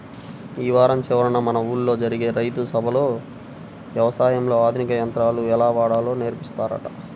యీ వారం చివరన మన ఊల్లో జరిగే రైతు సభలో యవసాయంలో ఆధునిక యంత్రాలు ఎలా వాడాలో నేర్పిత్తారంట